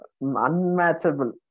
unmatchable